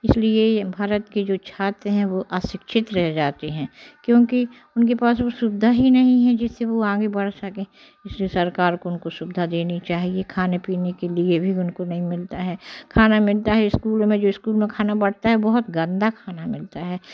इसलिए भारत की जो छात्र हैं वो अशिक्षित रह जाते हैं क्योंकि उनके पास वो सुविधा ही नहीं है जिससे वो आगे बढ़ सकें जिससे सरकार को उनको सुविधा देनी चाहिए खाने पीने के लिए भी उनको नहीं मिलता है खाना मिलता है स्कूल में जो स्कूल में खाना बांटता है बहुत गंदा खाना मिलता है